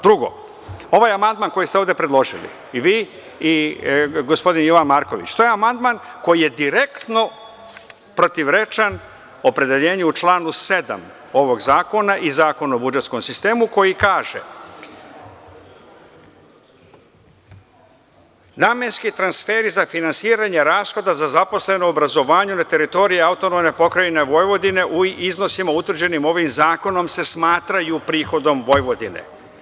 Drugo, ovaj amandman koji ste ovde predložili i vi i gospodin Jovan Marković, to je amandman koji je direktno protivrečan o opredeljenju u članu 7. ovog zakona i Zakona o budžetskom sistemu koji kaže – namenski transferi za finansiranje rashoda za zaposlene u obrazovanju na teritoriji AP Vojvodine u iznosima utvrđenim ovim zakonom se smatraju prihodom Vojvodine.